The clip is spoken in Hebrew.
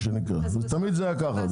תמיד זה היה כך.